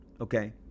Okay